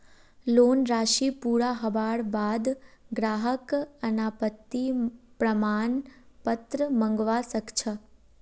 loan राशि पूरा हबार बा द ग्राहक अनापत्ति प्रमाण पत्र मंगवा स ख छ